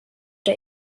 der